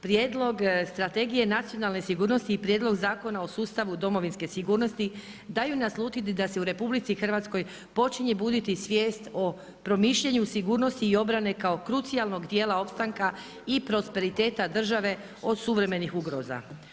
Prijedlog Strategije nacionalne sigurnosti i Prijedlog zakona o sustavu domovinske sigurnosti daju naslutiti da se u RH počinje buditi svijest o promišljanju sigurnosti i obrane kao krucijalnog dijela opstanka i prosperiteta države od suvremenih ugroza.